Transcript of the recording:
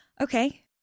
okay